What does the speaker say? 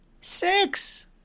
six